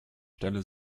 stelle